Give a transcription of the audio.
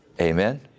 Amen